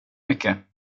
mycket